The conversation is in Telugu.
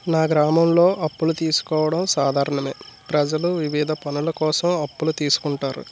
నా గ్రామంలో అప్పులు తీసుకోవడం సాధారణం ప్రజలు వివిధ పనుల కోసం అప్పులు తీసుకుంటారు